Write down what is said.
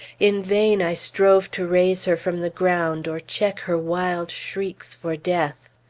in vain i strove to raise her from the ground, or check her wild shrieks for death.